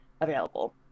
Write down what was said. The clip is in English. available